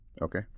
Okay